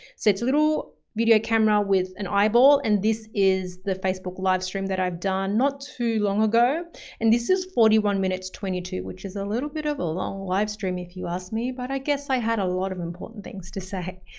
it's a little video camera with an eyeball. and this is the facebook live stream that i've done not too long ago and this is forty one minutes, twenty two which is a little bit of a long livestream if you asked me, but i guess i had a lot of important things to say.